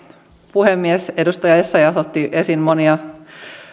puhemies edustaja essayah otti esiin monia